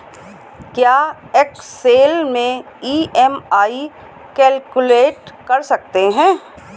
क्या एक्सेल में EMI calculate कर सकते हैं?